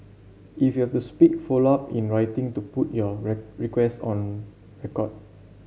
if you have to speak follow up in writing to put your request on record